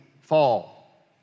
fall